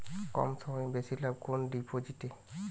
কম সময়ে বেশি লাভ কোন ডিপোজিটে?